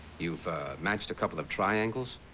you've matched a couple of triangles.